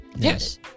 Yes